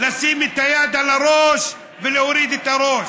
לשים את היד על הראש ולהוריד את הראש.